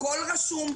הכול רשום,